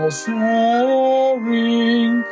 sharing